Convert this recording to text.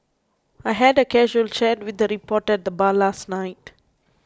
I had a casual chat with a reporter at the bar last night